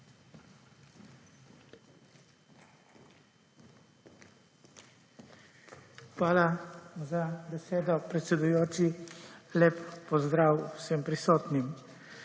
Hvala za besedo, predsedujoči. Lep pozdrav vsem prisotnim!